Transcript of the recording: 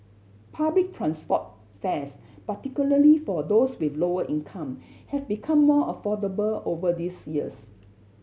public transport fares particularly for those with lower income have become more affordable over this years